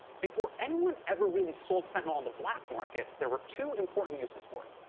before anyone ever really sold fentanyl on the black market, there were two important uses for it,